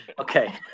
Okay